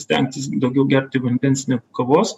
stengtis daugiau gerti vandes negu kavos